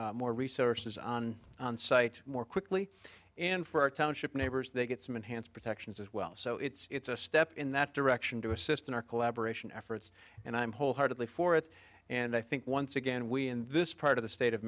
more more resources on site more quickly and for our township neighbors they get some enhanced protections as well so it's a step in that direction to assist in our collaboration efforts and i'm wholeheartedly for it and i think once again we in this part of the state of